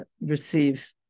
receive